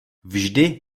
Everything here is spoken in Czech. vždy